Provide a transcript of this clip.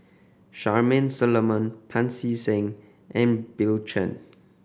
Charmaine Solomon Pancy Seng and Bill Chen